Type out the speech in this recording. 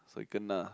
so he kena